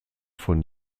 von